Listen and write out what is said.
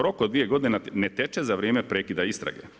Rok od dvije godine ne teče za vrijeme prekida istrage.